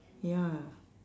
ya